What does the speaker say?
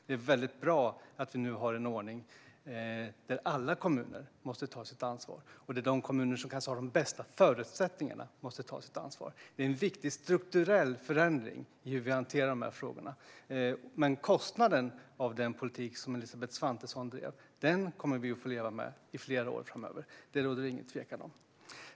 Det är bra att vi nu har en ordning där alla kommuner måste ta sitt ansvar och där de kommuner som har de bästa förutsättningarna måste ta sitt ansvar. Det är en viktig strukturell förändring i hur vi hanterar de här frågorna. Men kostnaden för den politik som Elisabeth Svantesson drev kommer vi att få leva med i flera år framöver; det råder det inget tvivel om.